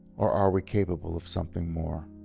or are we capable of something more?